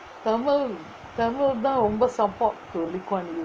tamil tamil தான் ரொம்ப:thaan romba support to lee kuan yew